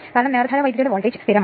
254 power ഫാക്ടറാണ്